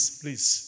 please